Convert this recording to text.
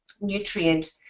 nutrient